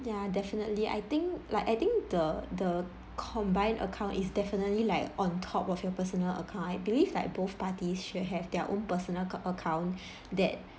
ya definitely I think like I think the the combined account is definitely like on top of your personal account I believe like both parties should have their own personal c~ account that